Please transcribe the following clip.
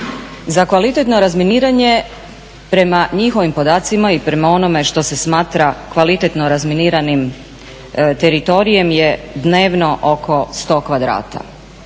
Za kvalitetno razminiranje prema njihovim podacima i prema onome što se smatra kvalitetno razminiranim teritorijem je dnevno oko 100 kvadrata.